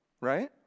right